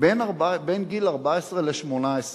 בין גיל 14 ל-18,